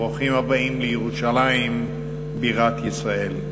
ברוכים הבאים לירושלים בירת ישראל.